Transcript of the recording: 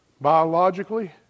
Biologically